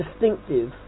distinctive